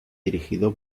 dirigido